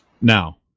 Now